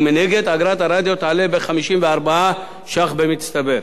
ומנגד אגרת הרדיו תעלה ב-54 ש"ח במצטבר.